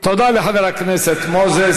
תודה לחבר הכנסת מוזס.